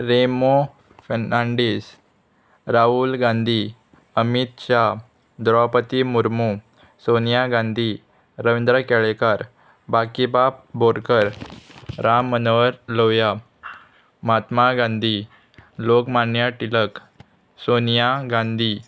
Remo Fernandes Rahul Gandhi Amit Shah Droupadi Murmu Sonia Gandhi Ravindra Kelekar Bakibab Borkar Ram Manohar Lohia Mahatma Gandhi Lokmanya Tilak Sonia Gandhi